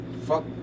Fuck